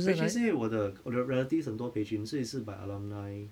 but actually 是因为我的我的 relatives 很多培群所以也是 by alumni